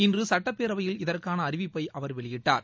இன்று சட்டப்பேரவையில் இதற்கான அறிவிப்பை அவர் வெளியிட்டார்